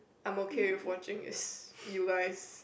I'm okay with watching is you guys